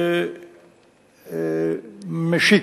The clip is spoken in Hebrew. משיק.